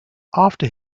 after